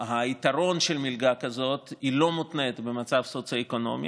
היתרון של מלגה כזאת הוא שהיא לא מותנית במצב סוציו-אקונומי,